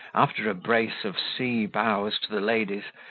after a brace of sea bows to the ladies,